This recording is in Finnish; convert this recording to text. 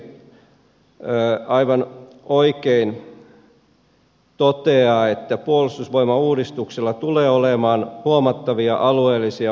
lisäksi vastauksessaan ministeri aivan oikein toteaa että puolustusvoimauudistuksella tulee olemaan huomattavia alueellisia vaikutuksia